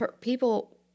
people